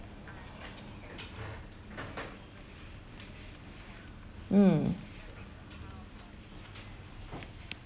mm